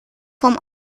vom